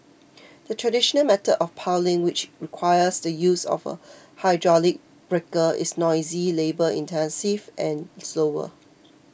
the traditional method of piling which requires the use of a hydraulic breaker is noisy labour intensive and slower